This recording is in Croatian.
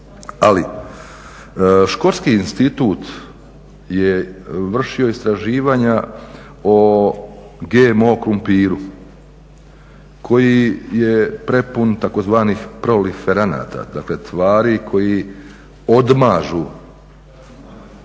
Škotski institut je vršio istraživanja o GMO krumpiru koji je prepun takozvanih proliferanata dakle tvari koji odmažu